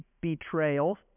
betrayal